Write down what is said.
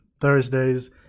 Thursdays